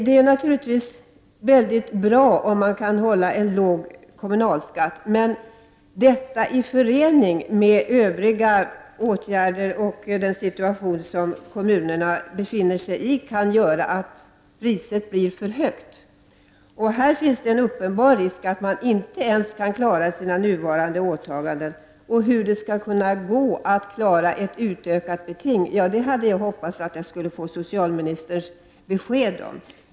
Det är naturligtvis bra om man kan hålla en låg kommunalskatt, men detta i förening med övriga åtgärder och den situation kommunerna befinner sig i kan göra att priset blir för högt. Det finns en uppenbar risk att man inte ens kan klara nuvarande åtaganden. Hur det skall gå att klara utökat beting hade jag hoppats få socialministerns besked om.